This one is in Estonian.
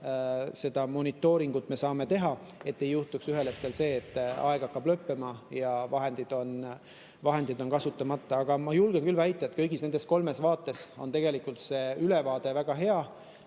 seda monitooringut saame teha, et ei juhtuks ühel hetkel see, et aeg hakkab lõppema, aga vahendid on kasutamata. Ma julgen küll väita, et kõigis kolmes valdkonnas on tegelikult ülevaade väga hea.